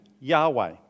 Yahweh